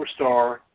superstar